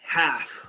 half